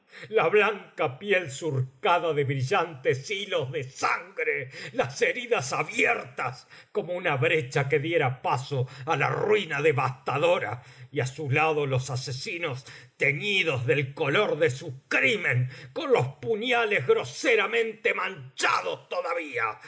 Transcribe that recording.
la blanca piel surcada de brillantes hilos de sangre las heridas abiertas como una brecha que diera paso á la ruina devastadora y á su lado los asesinos teñidos del color de su crimen con los puñales groseramente manchados todavía